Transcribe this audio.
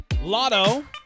Lotto